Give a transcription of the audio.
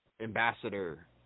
ambassador